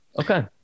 Okay